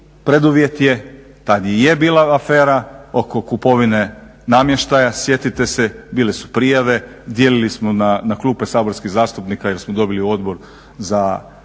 preduvjet, tada je i bila afera oko kupovine namještaja. Sjetite se, bile su prijave, dijelili smo na klupe saborskih zastupnika jer smo dobili u Odboru za